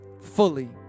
fully